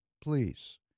please